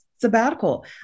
sabbatical